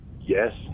yes